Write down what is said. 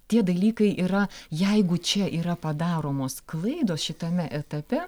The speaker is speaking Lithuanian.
tie dalykai yra jeigu čia yra padaromos klaidos šitame etape